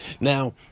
Now